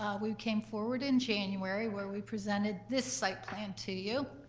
ah we came forward in january where we presented this site plan to you,